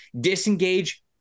disengage